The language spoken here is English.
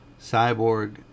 Cyborg